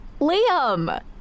Liam